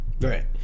Right